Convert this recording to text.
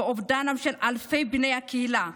ואובדנם של אלפי בני הקהילה,